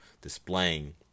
displaying